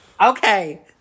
Okay